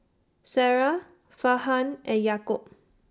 Sarah Farhan and Yaakob